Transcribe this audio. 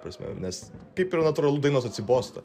prasme nes kaip ir natūralu dainos atsibosta